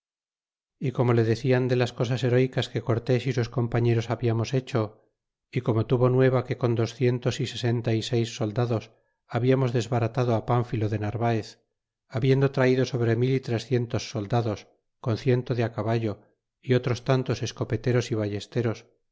y como le decian de las cosas herecas que cortés y sus compañeros hablamos hecho y como tuvo nueva que con docien tos y sesenta y seis soldados hablamos desbaratado pánfilo denarvaez habiendo traido sobre muy trecientos soldados con ciento de caballo y otros tantos escopeteros y ballesteros